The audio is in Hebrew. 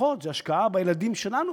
לפחות זו השקעה בילדים שלנו,